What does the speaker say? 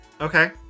Okay